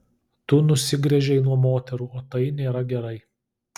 tu nusigręžei nuo moterų o tai nėra gerai